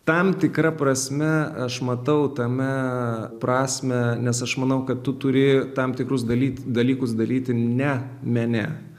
tam tikra prasme aš matau tame prasmę nes aš manau kad tu turi tam tikrus dalyk dalykus daryti ne mene